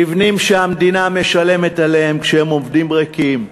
מבנים שהמדינה משלמת עליהם כשהם עומדים ריקים,